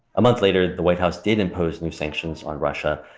a month later, the white house did impose new sanctions on russia.